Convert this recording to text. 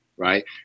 right